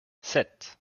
sept